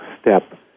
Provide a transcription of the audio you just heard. step